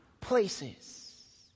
places